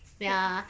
ya